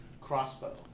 Crossbow